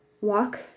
walk